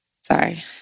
Sorry